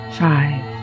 five